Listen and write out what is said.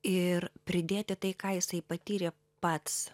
ir pridėti tai ką jisai patyrė pats